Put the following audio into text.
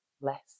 less